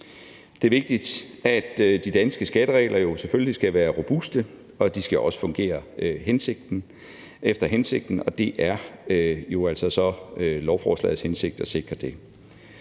Det er vigtigt, at de danske skatteregler jo selvfølgelig er robuste, og de skal også fungere efter hensigten, og det er altså så lovforslagets hensigt at sikre det.